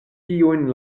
tiujn